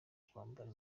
kwambara